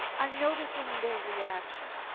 i am noticing their reaction.